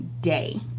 day